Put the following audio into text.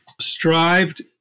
strived